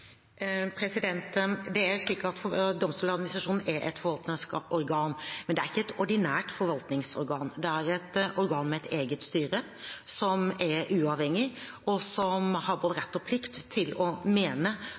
er et forvaltningsorgan, men det er ikke et ordinært forvaltningsorgan. Det er et organ med et eget styre, som er uavhengig, og som har både rett og plikt til å mene